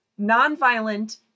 nonviolent